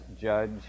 judge